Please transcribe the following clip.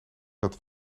dat